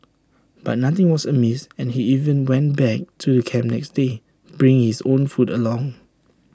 but nothing was amiss and he even went back to camp the next day bringing his own food along